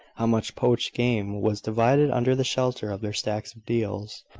how much poached game was divided under the shelter of their stacks of deals,